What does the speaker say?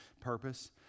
purpose